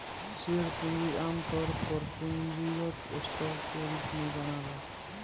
share पूंजी आमतौर पर पूंजीगत स्टॉक के रूप में जनाला